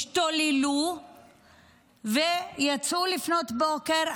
השתוללו ויצאו לפנות בוקר,